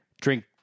Drink